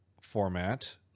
format